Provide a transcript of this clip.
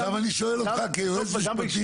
עכשיו אני שואל אותך כיועץ משפטי.